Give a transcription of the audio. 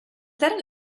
that